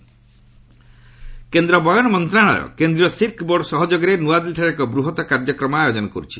silk event କେନ୍ଦ୍ର ବୟନ ମନ୍ତ୍ରଶାଳୟ କେନ୍ଦ୍ରୀୟ ସିଲ୍କ ବୋର୍ଡ ସହଯୋଗରେ ନ୍ରଆଦିଲ୍ଲୀଠାରେ ଏକ ବୃହତ୍ କାର୍ଯ୍ୟକ୍ରମ ଆୟୋଜନ କରୁଛି